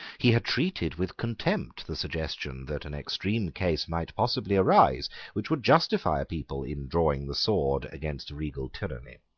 he had treated with contempt the suggestion that an extreme case might possibly arise which would justify a people in drawing the sword against regal tyranny.